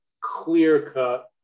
clear-cut